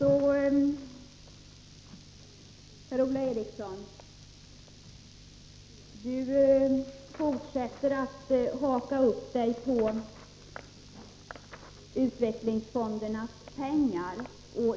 Per-Ola Eriksson fortsätter att haka upp sig på utvecklingsfondernas pengar.